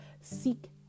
seek